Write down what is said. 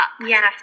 Yes